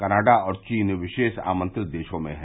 Canada और चीन विरोष आमंत्रित देशों में हैं